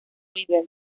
river